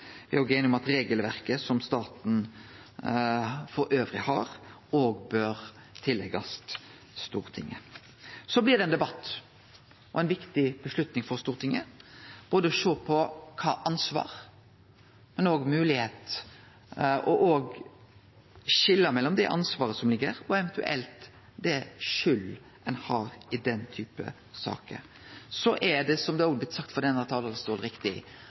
er òg einig i at regelverket som staten elles har, òg bør gjelde for Stortinget. Så blir det ein debatt og ei viktig avgjerd for Stortinget å sjå på ansvar, men òg moglegheit og òg skilje mellom det ansvaret som ligg her, og eventuelt den skylda ein har i den typen saker. Det er, som det òg er sagt frå denne talarstolen, riktig